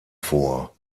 vor